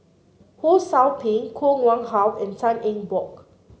Ho Sou Ping Koh Nguang How and Tan Eng Bock